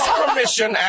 permission